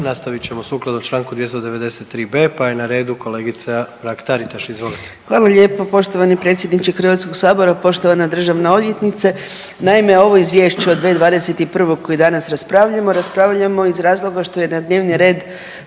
Nastavit ćemo sukladno Članku 293b., pa je na redu kolegica Mrak Taritaš. Izvolite. **Mrak-Taritaš, Anka (GLAS)** Hvala lijepa poštovani predsjedniče Hrvatskog sabora. Poštovana državna odvjetnice, naime ovo izvješće od 2021. koje danas raspravljamo, raspravljamo iz razloga što je na dnevni red